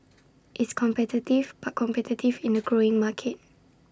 it's competitive but competitive in A growing market